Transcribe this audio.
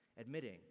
admitting